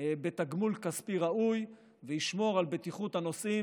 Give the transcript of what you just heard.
בתגמול כספי ראוי וישמור על בטיחות הנוסעים